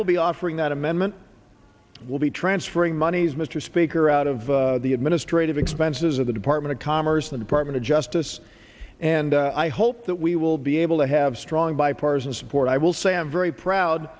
will be offering that amendment will be transferring monies mr speaker out of the administrative expenses of the department of commerce the department of justice and i hope that we will be able to have strong bipartisan support i will say i'm very proud